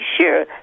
sure